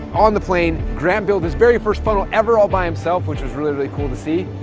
on the plane, grant build his very first funnel ever all by himself, which was really really cool to see.